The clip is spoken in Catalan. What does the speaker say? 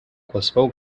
qualsevol